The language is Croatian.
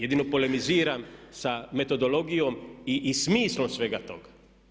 Jedino polemiziram sa metodologijom i smislom svega toga.